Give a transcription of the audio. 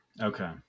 okay